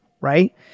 right